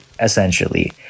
essentially